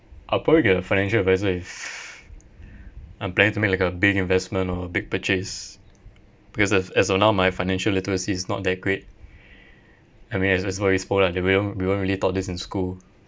I'll probably get a financial adviser if I'm planning to make like a big investment or big purchase because as as of now my financial literacy is not that great I mean as as what we spoke lah they we weren't really taught this in school